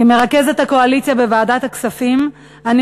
כמרכזת הקואליציה בוועדת הכספים אני